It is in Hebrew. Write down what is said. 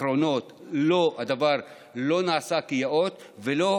בשנים האחרונות הדבר לא נעשה כיאות ולא